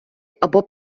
або